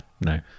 No